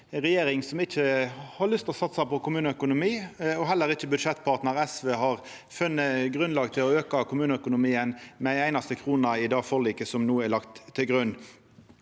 regjering som ikkje har lyst til å satsa på kommuneøkonomi. Heller ikkje budsjettpartnar SV har funne grunnlag for å auka kommuneøkonomien med ei einaste krone i det forliket som no er lagt til grunn.